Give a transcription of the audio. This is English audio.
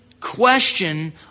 question